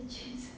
and she's